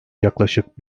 yaklaşık